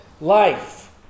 life